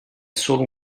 solo